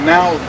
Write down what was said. Now